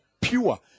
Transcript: Pure